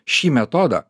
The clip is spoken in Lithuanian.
šį metodą